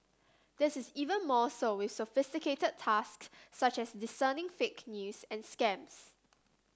this is even more so with sophisticated tasks such as discerning fake news and scams